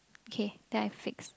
okay then I fix